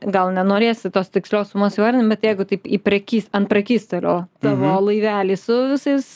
gal nenorėsi tos tikslios sumos įvardint bet jeigu taip į prekys ant prekystalio tavo laivelį su visais